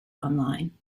online